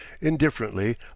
Indifferently